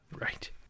Right